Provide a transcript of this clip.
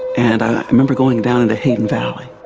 and i remember going down into haden valley.